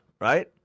right